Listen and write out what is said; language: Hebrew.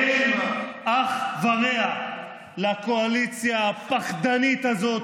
אמיר אוחנה (הליכוד): אין אח ורע לקואליציה הפחדנית הזו,